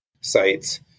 sites